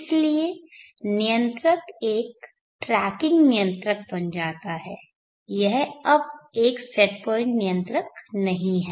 इसलिए नियंत्रक एक ट्रैकिंग नियंत्रक बन जाता है यह अब एक सेट पॉइंट नियंत्रक नहीं है